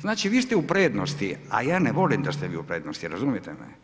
Znači vi ste u prednosti a ja ne volim da ste vi u prednosti, razumijete me? … [[Upadica